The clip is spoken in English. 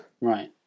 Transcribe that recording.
Right